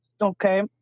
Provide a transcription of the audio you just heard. Okay